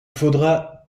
faudra